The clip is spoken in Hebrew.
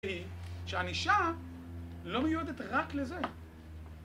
שענישה לא מיועדת רק לזה